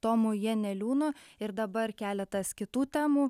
tomu janeliūnu ir dabar keletas kitų temų